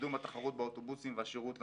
קידום התחרות באוטובוסים והשירות לנוסע,